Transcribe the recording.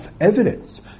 evidence